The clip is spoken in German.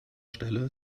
stelle